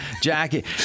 jacket